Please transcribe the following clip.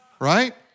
right